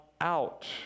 out